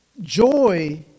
joy